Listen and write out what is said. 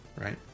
right